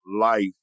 life